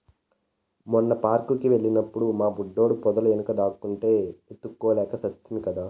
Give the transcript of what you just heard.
మొన్న పార్క్ కి వెళ్ళినప్పుడు మా బుడ్డోడు పొదల వెనుక దాక్కుంటే వెతుక్కోలేక చస్తిమి కదా